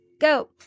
go